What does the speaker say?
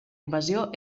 invasió